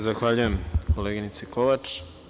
Zahvaljujem, koleginice Kovač.